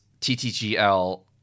TTGL